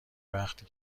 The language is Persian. وقتی